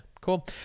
cool